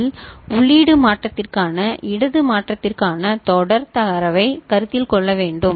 யில் உள்ளீடு மாற்றத்திற்கான இடது மாற்றத்திற்கான தொடர் தரவைக் கருத்தில் கொள்ள வேண்டும்